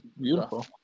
Beautiful